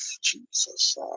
jesus